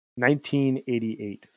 1988